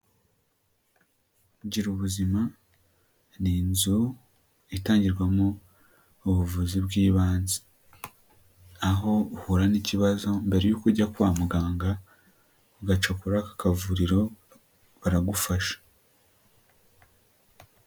Gira ubuzima ni inzu itangirwamo ubuvuzi bw'ibanze, aho uhura n'ikibazo mbere y'uko ujya kwa muganga ugacukura kuri aka akavuriro baragufasha.